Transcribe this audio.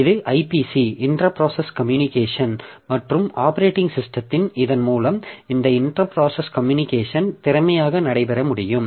இது IPC inter process communication மற்றும் operating சிஸ்டத்தின் இதன் மூலம் இந்த இன்டர் பிராசஸ் கம்யூனிகேஷன் திறமையாக நடைபெற முடியும்